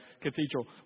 Cathedral